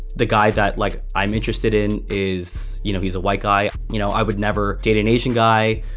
the guy that, like, i'm interested in is you know, he's a white guy. you know, i would never date an asian guy.